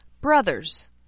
brothers